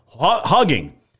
hugging